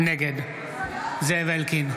נגד זאב אלקין,